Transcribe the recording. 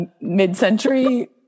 mid-century